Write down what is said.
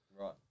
Right